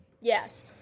Yes